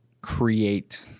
create